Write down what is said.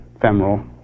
femoral